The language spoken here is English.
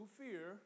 fear